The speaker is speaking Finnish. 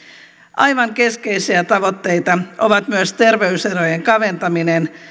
aivan keskeisiä tavoitteita ovat myös terveyserojen kaventaminen